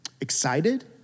excited